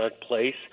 place